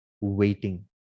waiting